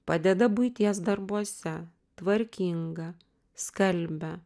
padeda buities darbuose tvarkinga skalbia